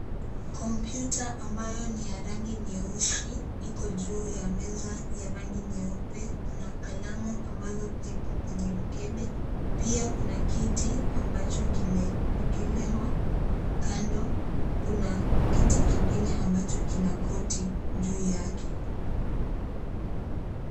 Kompyuta ambayo ni ya rangi nyeusi iko juu ya meza ya rangi nyeupe kuna kalamu ambazo ziko kwenye mkebe, pia kuna kiti ambacho kimewekelewa Kando kuna kiti kingine ambacho kina koti juu yake.